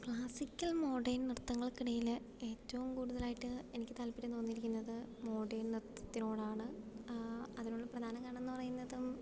classical modern നൃത്തങ്ങൾക്കിടയില് ഏറ്റവും കൂടുതലായിട്ട് എനിക്ക് താല്പര്യം തോന്നിയിരിക്കുന്നത് മോഡേൺ നൃത്തത്തിനോടാണ് അതിനുള്ള പ്രധാന കാരണമെന്ന് പറയുന്നതും